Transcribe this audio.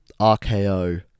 RKO